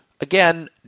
again